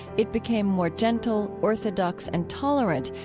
it became more gentle, orthodox, and tolerant,